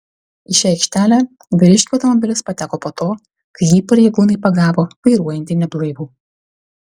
į šią aikštelę vyriškio automobilis pateko po to kai jį pareigūnai pagavo vairuojantį neblaivų